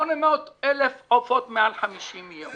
800,000 עופות מעל 50 יום